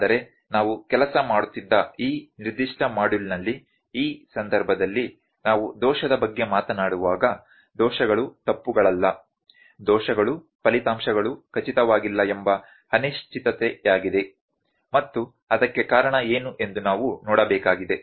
ಆದರೆ ನಾವು ಕೆಲಸ ಮಾಡುತ್ತಿದ್ದ ಈ ನಿರ್ದಿಷ್ಟ ಮಾಡ್ಯೂಲ್ನಲ್ಲಿ ಈ ಸಂದರ್ಭದಲ್ಲಿ ನಾವು ದೋಷದ ಬಗ್ಗೆ ಮಾತನಾಡುವಾಗ ದೋಷಗಳು ತಪ್ಪುಗಳಲ್ಲ ದೋಷಗಳು ಫಲಿತಾಂಶಗಳು ಖಚಿತವಾಗಿಲ್ಲ ಎಂಬ ಅನಿಶ್ಚಿತತೆಯಾಗಿದೆ ಮತ್ತು ಅದಕ್ಕೆ ಕಾರಣ ಏನು ಎಂದು ನಾವು ನೋಡಬೇಕಾಗಿದೆ